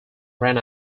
ran